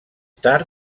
tard